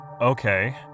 Okay